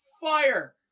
fire